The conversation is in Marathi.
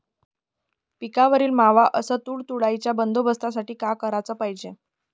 पिकावरील मावा अस तुडतुड्याइच्या बंदोबस्तासाठी का कराच पायजे?